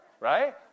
Right